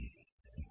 B' A